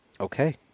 Okay